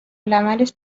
العملش